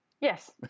Yes